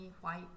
white